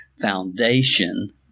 foundation